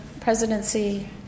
presidency